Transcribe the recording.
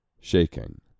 shaking